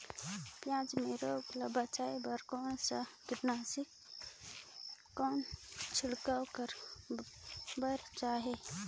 पियाज मे रोग ले बचाय बार कौन सा कीटनाशक कौन छिड़काव करे बर चाही?